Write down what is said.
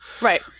Right